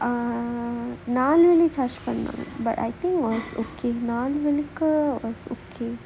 err நாலு இலை:naalu illai charge பண்ணுனாங்க:pannunaanga but I think it was okay நாலு இலைக்கு:naalu illaikku